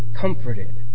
comforted